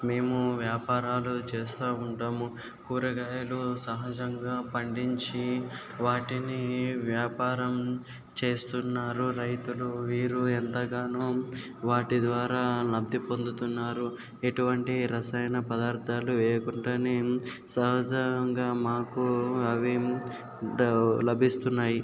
మేము వ్యాపారాలు చేస్తు ఉంటాము కూరగాయలు సహజంగా పండించి వాటిని వ్యాపారం చేస్తున్నారు రైతులు వీరు ఎంతగానో వాటి ద్వారా లబ్ది పొందుతున్నారు ఎటువంటి రసాయన పదార్ధాలు వేయకుండా సహజంగా మాకు అవి ద లభిస్తున్నాయి